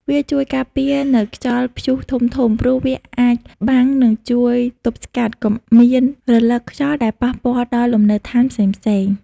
វាជួយការពារនៅខ្យល់ព្យុះធំៗ ព្រោះវាអាចបាំងនិងជួយទប់ស្កាត់កុំមានរលកខ្យល់ដែលប៉ះពាល់ដល់លំនៅឋានផ្សេងៗ។